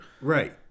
right